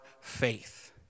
faith